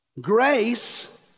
grace